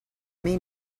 mean